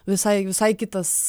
visai visai kitas